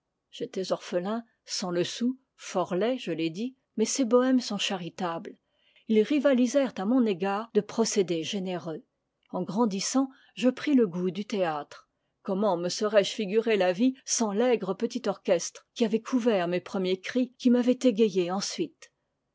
j'étais orphelin sans le sou fort laid je l'ai dit mais ces bohèmes sont charitables ils rivalisèrent à mon égard de procédés généreux en grandissant je pris le goût du théâtre gomment me seraisje figuré la vie sans l'aigre petit orchestre qui avait couvert mes premiers cris qui m'avait égayé ensuite